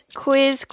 quiz